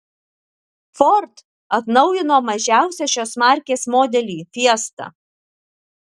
ford atnaujino mažiausią šios markės modelį fiesta